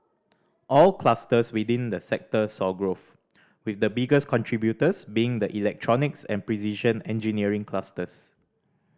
all clusters within the sector saw growth with the biggest contributors being the electronics and precision engineering clusters